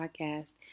podcast